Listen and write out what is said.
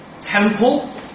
temple